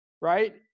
right